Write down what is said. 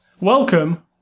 Welcome